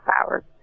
hours